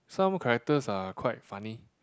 some characters are quite funny